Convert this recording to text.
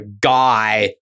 guy